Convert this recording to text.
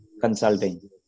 consulting